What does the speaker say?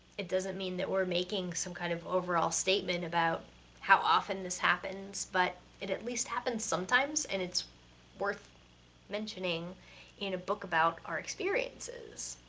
it doesn't mean that we're making some kind of overall statement about how often this happens, but it at least happens sometimes, and it's worth mentioning in a book about our experiences.